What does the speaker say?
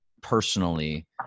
personally